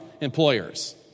employers